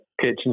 kitchen